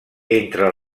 entre